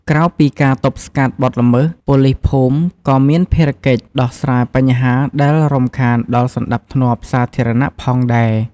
ក្រៅពីការទប់ស្កាត់បទល្មើស ប៉ូលីសភូមិក៏មានភារកិច្ច ដោះស្រាយបញ្ហាដែលរំខានដល់សណ្តាប់ធ្នាប់សាធារណៈ ផងដែរ។